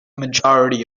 majority